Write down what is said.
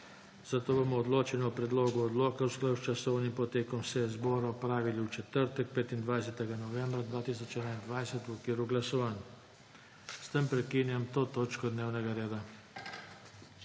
Zato bomo odločanje o predlogu odloka v skladu s časovnim potekom seje zbora opravili v četrtek, 25. novembra 2021, v okviru glasovanj. S tem prekinjam to točko dnevnega reda.